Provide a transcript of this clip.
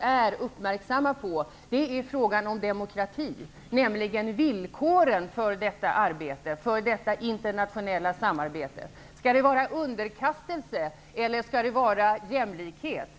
är uppmärksamma på -- är frågan om demokrati, nämligen villkoren för detta internationella samarbete. Skall det vara underkastelse eller skall det vara jämlikhet?